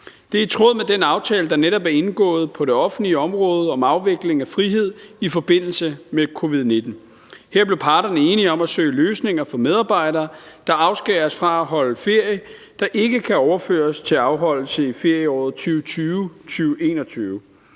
Det er i tråd med den aftale, der netop er indgået på det offentlige område om afvikling af frihed i forbindelse med covid-19. Her blev parterne enige om at søge løsninger for medarbejdere, der afskæres fra at holde ferie, der ikke kan overføres til afholdelse i ferieåret 2020-21.